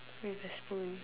with a spoon